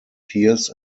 peers